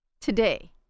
Today